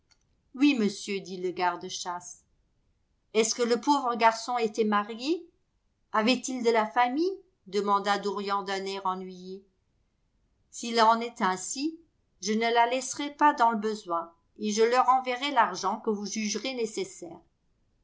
oui monsieur dit le garde-chasse est-ce que le pauvre garçon était marié avait-il de la famille demanda dorian d'un air ennuyé s'il en est ainsi je ne la laisserai pas dans le besoin et je leur enverrai l'argent que vous jugerez nécessaire